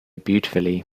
beautifully